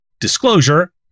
Disclosure